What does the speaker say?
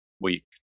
week